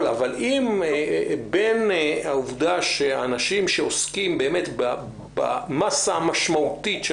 לבין העובדה שאנשים שעוסקים במסה המשמעותית של